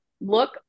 look